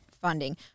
Funding